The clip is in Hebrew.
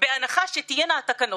למה הוא לא זכאי לדמי